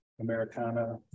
Americana